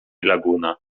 laguna